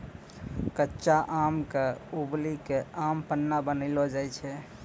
कच्चा आम क उबली कॅ आम पन्ना बनैलो जाय छै